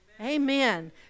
Amen